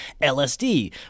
LSD